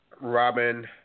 Robin